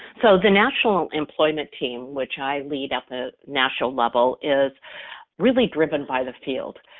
so the national employment team which i lead at the national level is really driven by the field.